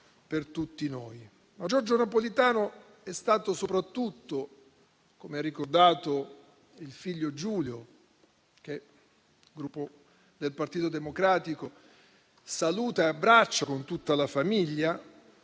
Giorgio Napolitano, come ha ricordato il figlio Giulio - che il Gruppo Partito Democratico saluta e abbraccia con tutta la famiglia